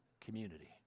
community